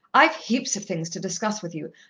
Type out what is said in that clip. i've heaps of things to discuss with you,